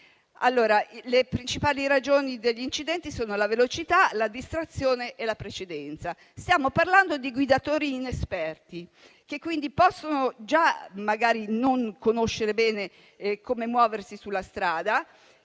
Le principali ragioni degli incidenti sono la velocità, la distrazione e la precedenza. Stiamo parlando di guidatori inesperti, che magari non sanno bene come muoversi sulla strada